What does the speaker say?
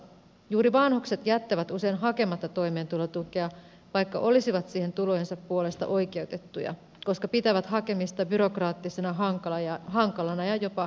juuri vanhukset jättävät usein hakematta toimeentulotukea vaikka olisivat siihen tulojensa puolesta oikeutettuja koska he pitävät hakemista byrokraattisena hankalana ja jopa nöyryyttävänä